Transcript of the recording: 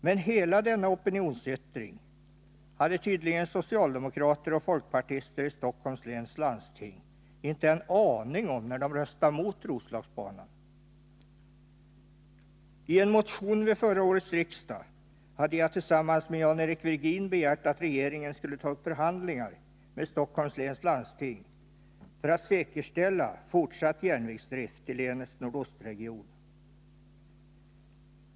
Men hela denna opinionsyttring hade tydligen socialdemokrater och folkpartister i Stockholms läns landsting inte en aning om när de röstade mot Roslagsbanan. I en motion vid förra årets riksmöte hade jag tillsammans med Jan-Eric Virgin begärt att regeringen skulle ta upp förhandlingar med Stockholms läns landsting för att säkerställa fortsatt järnvägsdrift i länets nordostregion.